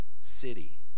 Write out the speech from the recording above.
city